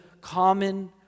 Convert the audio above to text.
common